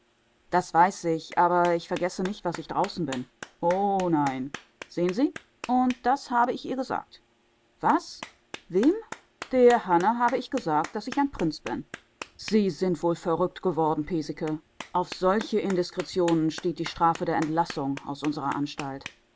das weiß ich aber ich vergesse nicht was ich draußen bin o nein sehen sie und das habe ich ihr gesagt was wem der hanne habe ich gesagt daß ich ein prinz bin sie sind wohl verrückt geworden piesecke auf solche indiskretionen steht die strafe der entlassung aus unserer anstalt